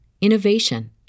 innovation